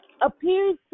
appears